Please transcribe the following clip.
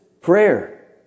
prayer